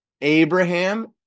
Abraham